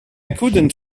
couldn’t